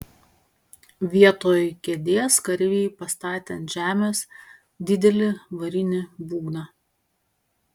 vietoj kėdės kareiviai pastatė ant žemės didelį varinį būgną